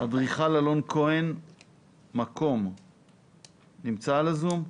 אדריכל אלון כהן נמצא ב-זום?